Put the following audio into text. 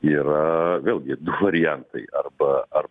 yra vėlgi variantai arba ar